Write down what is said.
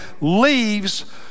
leaves